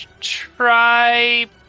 try